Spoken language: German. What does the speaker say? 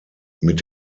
mit